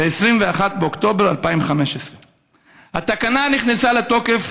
ב-21 באוקטובר 2015. התקנה נכנסה לתוקף